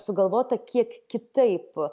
sugalvota kiek kitaip